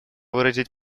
выразить